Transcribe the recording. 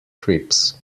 trips